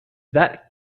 that